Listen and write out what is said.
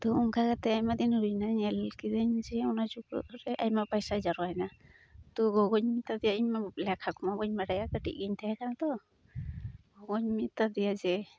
ᱛᱚ ᱚᱝᱠᱟ ᱠᱟᱛᱮᱫ ᱟᱭᱢᱟᱫᱤᱱ ᱦᱩᱭᱮᱱᱟ ᱧᱮᱞᱠᱤᱫᱟᱹᱧ ᱡᱮ ᱚᱱᱟ ᱪᱩᱠᱟᱹᱜᱨᱮ ᱟᱭᱢᱟ ᱯᱟᱭᱥᱟ ᱡᱟᱨᱣᱟᱭᱱᱟ ᱛᱳ ᱜᱚᱜᱚᱧ ᱢᱮᱛᱟᱫᱮᱭᱟ ᱤᱧᱢᱟ ᱞᱮᱠᱷᱟ ᱠᱚᱢᱟ ᱵᱟᱹᱧ ᱵᱟᱰᱟᱭᱟ ᱠᱟᱹᱴᱤᱡᱜᱤᱧ ᱛᱮᱦᱮᱸᱠᱟᱱᱟ ᱛᱳ ᱜᱚᱜᱚᱧ ᱢᱮᱛᱟᱫᱮᱭᱟ ᱡᱮ